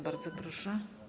Bardzo proszę.